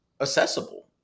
accessible